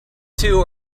two